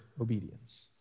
obedience